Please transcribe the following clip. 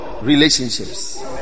relationships